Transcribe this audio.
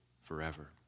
forever